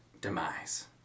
demise